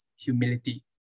humility